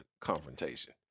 confrontation